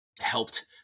helped